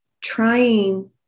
trying